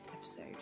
episode